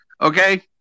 Okay